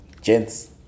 Gents